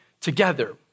together